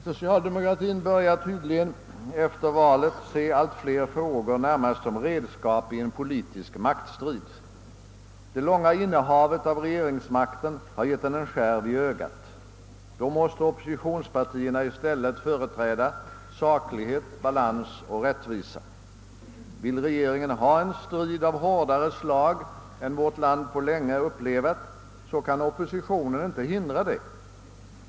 Socialdemokratien börjar tydligen efter valet se allt fler frågor närmast som redskap i en politisk maktstrid. Det långa innehavet av regeringsmakten har givit dem en skärv i ögat. Då måste oppositionspartierna i stället företräda saklighet, balans och rättvisa. Vill regeringen ha en strid av hårdare slag än vårt land på länge upplevat, så kan oppositionen inte hindra det.